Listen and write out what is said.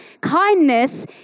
Kindness